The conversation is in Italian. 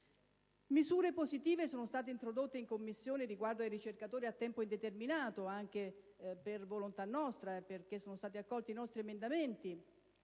Misure positive sono state introdotte in Commissione riguardo ai ricercatori a tempo indeterminato, anche per volontà nostra, perché sono stati accolti i nostri emendamenti,